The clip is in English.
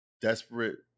desperate